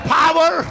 power